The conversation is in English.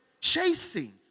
chasing